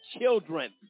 children